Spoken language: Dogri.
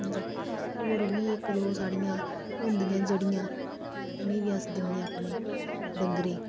ते होर बी इक दो साढ़ियां होंदियां जेह्ड़ियां उनेंगी बी अस दिन्नें अपने डंगरे गी